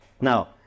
Now